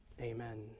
Amen